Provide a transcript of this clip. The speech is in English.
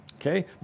Okay